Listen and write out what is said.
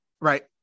Right